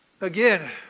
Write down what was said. Again